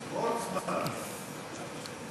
קודם היה עד